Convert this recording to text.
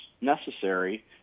necessary